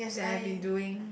that I've been doing